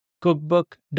Cookbook